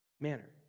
manner